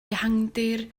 ehangdir